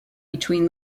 between